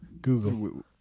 Google